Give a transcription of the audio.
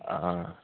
अ